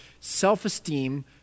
Self-Esteem